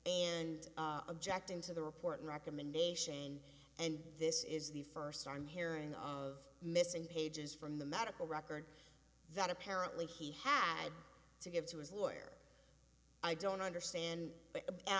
and objecting to the report and recommendation and this is the first i'm hearing of missing pages from the medical records that apparently he had to give to his lawyer i don't understand